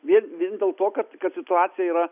vien vien dėl to kad kad situacija yra